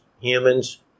humans